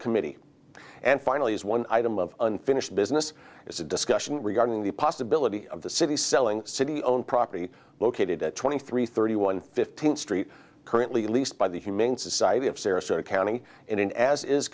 committee and finally as one item of unfinished business is a discussion regarding the possibility of the city selling city owned property located at twenty three thirty one fifteenth street currently leased by the humane society of sarasota county in an as is